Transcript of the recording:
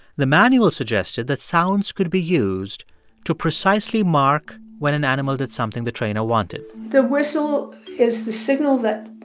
the manual suggested that sounds could be used to precisely mark when an animal did something the trainer wanted the whistle is the signal that,